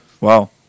Wow